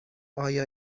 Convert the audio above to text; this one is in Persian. آیا